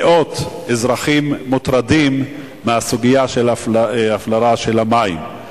מאות אזרחים מוטרדים מהסוגיה של הפלרה של המים.